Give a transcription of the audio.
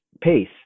pace